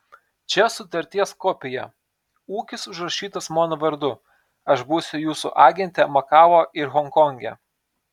čia sutarties kopija ūkis užrašytas mano vardu aš būsiu jūsų agentė makao ir honkonge